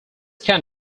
can